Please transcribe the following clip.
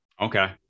Okay